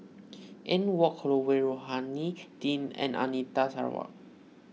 Anne Wong Holloway Rohani Din and Anita Sarawak